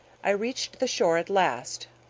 i reached the shore at last,